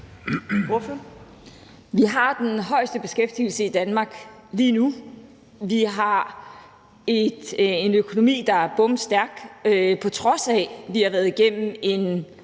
Vi har den højeste beskæftigelse i Danmark lige nu. Vi har en økonomi, der er bomstærk, på trods af at vi har været igennem en